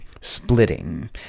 splitting